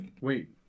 Wait